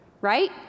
right